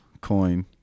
coin